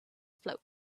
float